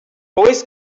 always